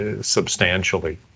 substantially